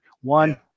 One